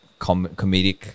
comedic